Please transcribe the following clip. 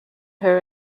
her